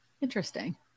Interesting